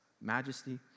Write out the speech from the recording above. majesty